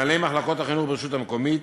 מנהלי מחלקות החינוך ברשות המקומית,